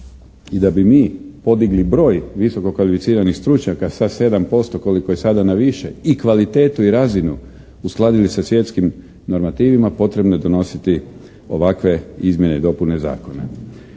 i da bi mi podigli broj visoko kvalificiranih stručnjaka sa 7% koliko je sada na više i kvalitetu i razinu uskladili sa svjetskim normativima, potrebno je donositi ovakve izmjene i dopune zakona.